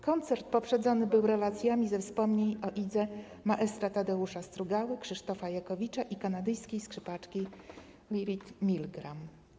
Koncert poprzedzony był relacjami ze wspomnień o Idzie maestra Tadeusza Strugały, Krzysztofa Jakowicza i kanadyjskiej skrzypaczki Lyrit Milgram.